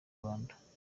rwanda